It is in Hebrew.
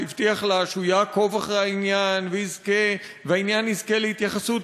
שהבטיח לה שהוא יעקוב אחרי העניין והעניין יזכה להתייחסות,